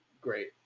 great